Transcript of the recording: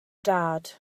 dad